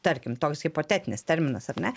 tarkim toks hipotetinis terminas ar ne